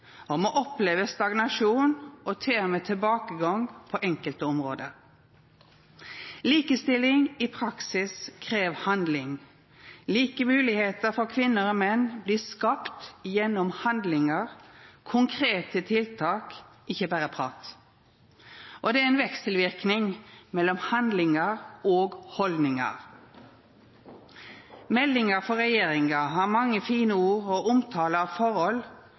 Me opplever stagnasjon og til og med tilbakesteg på enkelte område. Likestilling i praksis krev handling. Like moglegheiter for kvinner og menn blir skapte gjennom handlingar, konkrete tiltak, ikkje berre prat. Det er ein verkselverknad mellom handlingar og haldningar. Meldinga frå regjeringa har mange fine ord og omtale av forhold,